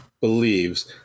believes